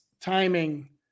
timing